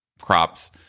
crops